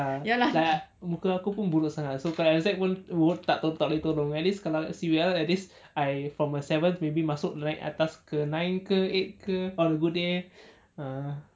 ya like ah muka aku pun buruk sangat so kalau F_Z pun tak b~ tak boleh tolong tapi at least kalau C_B_R at least I from a seven maybe masuk naik atas ke nine ke eight ke all over there ah